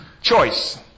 Choice